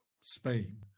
Spain